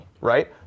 right